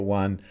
one